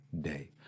day